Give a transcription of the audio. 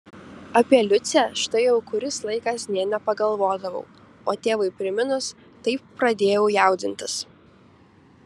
apie liucę štai jau kuris laikas nė nepagalvodavau o tėvui priminus taip pradėjau jaudintis